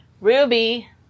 Ruby